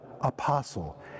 apostle